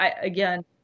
again